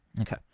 Okay